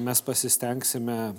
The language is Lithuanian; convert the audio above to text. mes pasistengsime